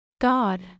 God